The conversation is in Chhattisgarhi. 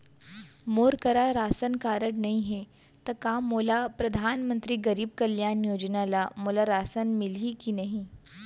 मोर करा राशन कारड नहीं है त का मोल परधानमंतरी गरीब कल्याण योजना ल मोला राशन मिलही कि नहीं?